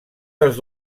dels